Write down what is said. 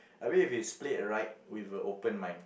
I mean if it's played right with a open mind